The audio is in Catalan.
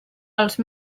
els